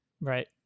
Right